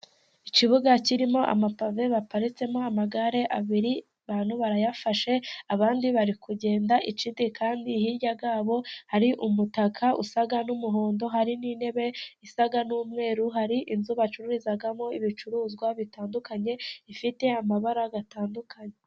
Ikibuga kirimo amapave. Baparitsemo amagare abiri. Abantu barayafashe. Abandi bari kugenda. Ikindi kandi hirya yabo hari umutaka usa n'umuhondo. Hari n'intebe isa n'umweru. Hari inzu bacururizamo ibicuruzwa bitandukanye. Ifite amabara atandukanye.